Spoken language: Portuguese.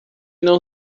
não